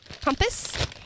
compass